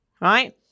Right